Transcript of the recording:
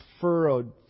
furrowed